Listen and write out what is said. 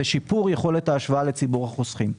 ושיפור יכולת ההשוואה לציבור החוסכים.